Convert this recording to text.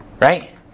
right